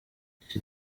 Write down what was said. iki